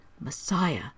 Messiah